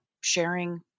sharing